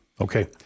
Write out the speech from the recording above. okay